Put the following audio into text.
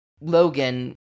Logan